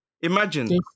imagine